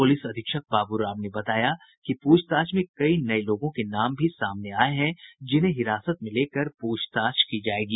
police अधीक्षक बाबू राम ने बताया कि पूछताछ में कई नये लोगों के नाम भी सामने आये हैं जिन्हें हिरासत में लेकर पूछताछ की जायेगी